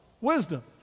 Wisdom